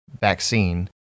vaccine